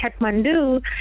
Kathmandu